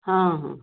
ହଁ ହଁ